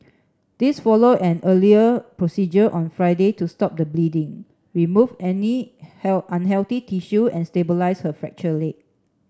this follow an earlier procedure on Friday to stop the bleeding remove any unhealthy tissue and stabilise her leg